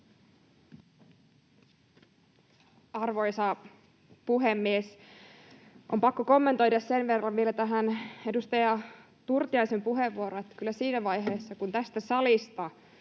Arvoisa puhemies! On pakko kommentoida sen verran vielä tähän edustaja Turtiaisen puheenvuoroon, että kyllä siinä vaiheessa, kun tästä salista